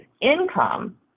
income